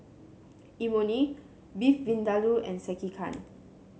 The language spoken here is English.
Imoni Beef Vindaloo and Sekihan